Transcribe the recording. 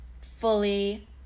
fully